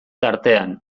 tartean